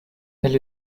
elle